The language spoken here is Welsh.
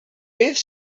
beth